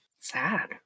sad